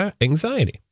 anxiety